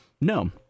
No